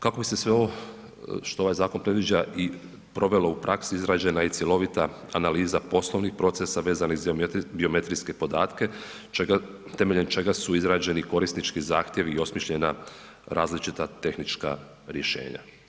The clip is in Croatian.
Kako bi se sve ovo što ovaj zakon predviđa provelo u praksi izrađena je i cjelovita analiza poslovnih procesa vezanih za biometrijske podatke temeljem čega su izrađeni korisnički zahtjevi i osmišljena različita tehnička rješenja.